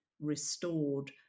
restored